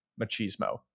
machismo